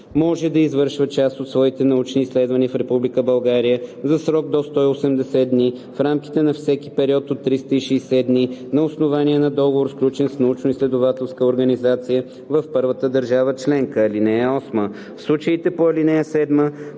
може да извършва част от своите научни изследвания в Република България за срок до 180 дни в рамките на всеки период от 360 дни на основание на договор, сключен с научноизследователска организация в първата държава членка. (8) В случаите по ал. 7